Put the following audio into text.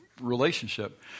relationship